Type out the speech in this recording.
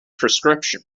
prescription